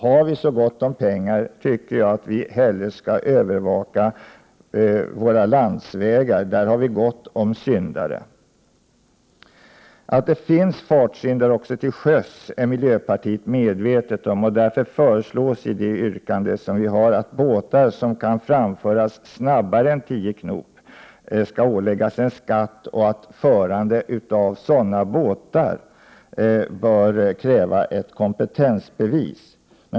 Har vi så gott om pengar, tycker jag att man hellre skall övervaka landsvägarna, där det är gott om syndare. Att det finns fartsyndare också till sjöss är miljöpartiet medvetet om. Därför föreslås i vårt yrkande att båtar som kan framföras snabbare än med 10 knops fart skall åläggas en skatt och att det för framförande av sådana båtar bör krävas ett kompetensbevis.